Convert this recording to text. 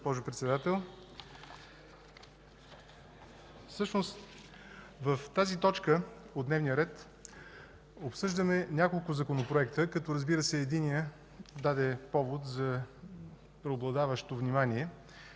в тази точка от дневния ред обсъждаме няколко законопроекта като, разбира се, единият даде повод за преобладаващо внимание